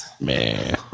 Man